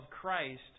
Christ